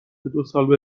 دوسال